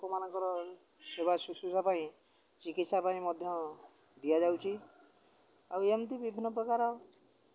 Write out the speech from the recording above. ଲୋକମାନଙ୍କର ସେବା ସୁଶ୍ରୁଷା ପାଇଁ ଚିକିତ୍ସା ପାଇଁ ମଧ୍ୟ ଦିଆଯାଉଛି ଆଉ ଏମିତି ବିଭିନ୍ନ ପ୍ରକାର